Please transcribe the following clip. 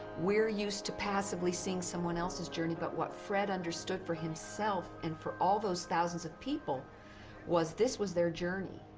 we're used to passively seeing someone else's journey. but what fred understood for himself and for all those thousands of people was, this was their journey,